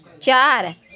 चार